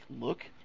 Look